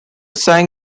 sang